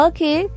Okay